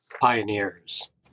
pioneers